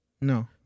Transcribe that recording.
No